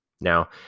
Now